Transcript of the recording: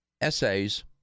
essays